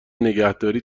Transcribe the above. نگهداری